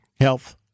health